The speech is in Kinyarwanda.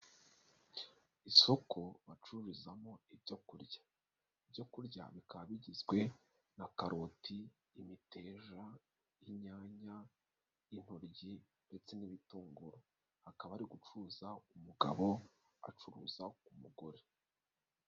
Isoko bacururizamo ibyo kurya, ibyo kurya bikaba bigizwe na karoti, imiteja, inyanya y'intoryi ndetse n'ibitunguru, hakaba hari gucuza umugabo acuruza ku umugore.